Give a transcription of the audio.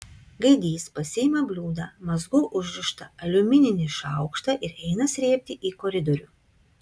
gaidys pasiima bliūdą mazgu užrištą aliumininį šaukštą ir eina srėbti į koridorių